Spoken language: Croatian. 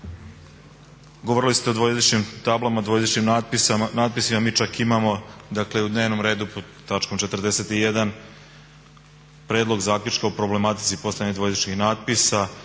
Govorili ste o dvojezičnim tablama, dvojezičnim natpisima. Mi čak imamo, dakle u dnevnom redu pod tačkom 41. Predlog zaključka o problematici postojanja dvojezičnih natpisa